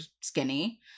skinny